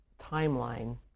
timeline